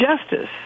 justice